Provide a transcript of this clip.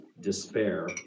despair